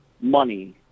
money